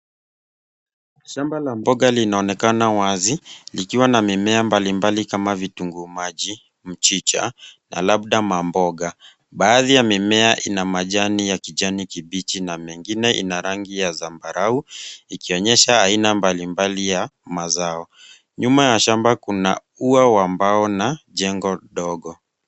Shamba la mboga linaonekana wazi, likiwa na mimea mbalimbali kama vile vitunguu maji, mchicha na labda mamboga. Baadhi ya mimea ina majani ya kijani kimbichi na mengine ina rangi ya zambarau, ikionyesha aina mbalimbali ya mazao. Nyuma ya shamba kuna ua ambao una jengo ndogo.